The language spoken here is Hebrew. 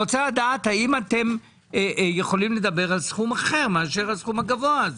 האם אתם יכולים לדבר על סכום אחר מאשר הסכום הגבוה הזה?